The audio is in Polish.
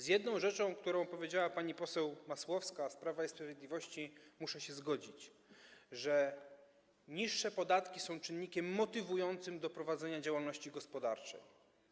Z jedną rzeczą, którą powiedziała pani poseł Masłowska z Prawa i Sprawiedliwości, muszę się zgodzić: że niższe podatki są czynnikiem motywującym do prowadzenia działalności gospodarczej.